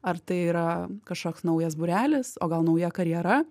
ar tai yra kažkoks naujas būrelis o gal nauja karjera